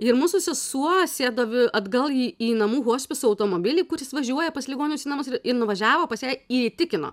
ir mūsų sesuo sėdo atgal į į namų hospiso automobilį kuris važiuoja pas ligonius į namus ir nuvažiavo pas ją ir įtikino